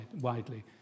widely